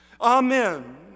Amen